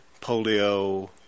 Polio